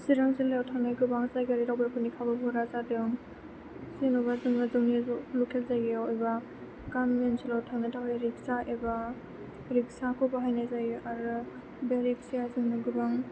चिरां जिल्लायाव थानाय गोबां जायगायारि दावबायनायफोरनि खाबुफोरा जादों जेनेबा जोंनि लकेल जायगायाव एबा गामि ओनसोलाव थांनो थाखाय रिक्सा एबा रिक्साखौ बाहायनाय जायो आरो बे रिक्साया जोंनो गोबां